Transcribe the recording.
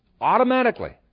automatically